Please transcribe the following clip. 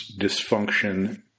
dysfunction